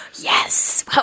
Yes